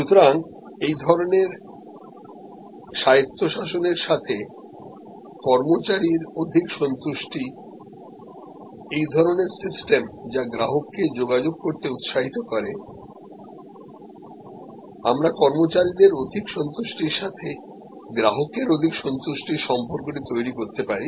সুতরাং এই ধরনের স্বায়ত্তশাসনের সাথে কর্মচারীর অধিক সন্তুষ্টি এই ধরণের সিস্টেম যা গ্রাহককে যোগাযোগ করতে উত্সাহিত করেআমরা কর্মচারীদের অধিক সন্তুষ্টির সাথে গ্রাহকের অধিক সন্তুষ্টির সম্পর্কটি তৈরি করতে পারি